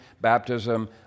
baptism